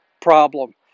problem